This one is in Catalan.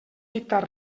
dictat